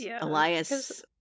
Elias